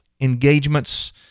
engagements